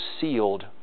sealed